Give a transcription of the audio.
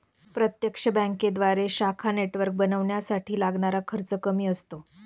प्रत्यक्ष बँकेद्वारे शाखा नेटवर्क बनवण्यासाठी लागणारा खर्च कमी असतो